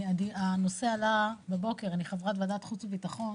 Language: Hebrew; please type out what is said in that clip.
הנושא עלה בבוקר - אני חברת ועדת חוץ וביטחון,